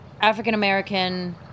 African-American